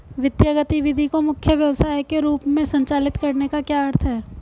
वित्तीय गतिविधि को मुख्य व्यवसाय के रूप में संचालित करने का क्या अर्थ है?